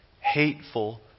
hateful